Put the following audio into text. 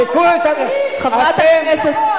חברת הכנסת אנסטסיה מיכאלי,